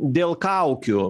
dėl kaukių